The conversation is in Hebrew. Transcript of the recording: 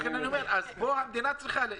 לכן אני אומר שהמדינה צריכה להתערב.